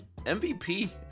mvp